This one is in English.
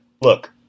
look